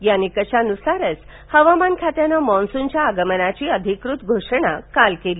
या निकषान्सारच हवामानखात्याने मान्सूनच्या आगमनाची अधिकृत घोषणा काल केली